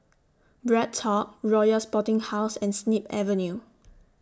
BreadTalk Royal Sporting House and Snip Avenue